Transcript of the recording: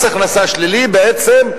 מס הכנסה שלילי, בעצם,